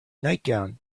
nightgown